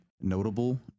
notable